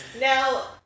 Now